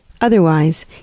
Otherwise